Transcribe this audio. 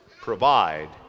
provide